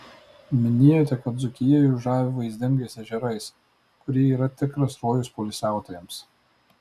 minėjote kad dzūkija jus žavi vaizdingais ežerais kurie yra tikras rojus poilsiautojams